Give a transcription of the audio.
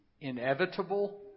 inevitable